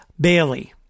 Bailey